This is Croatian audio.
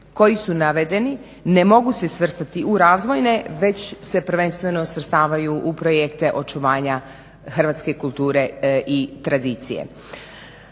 koji su navedeni ne mogu se svrstati u razvojne već se prvenstveno svrstavaju u projekte očuvanja hrvatske kulture i tradicije.